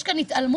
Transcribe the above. יש כאן התעלמות,